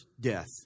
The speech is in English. death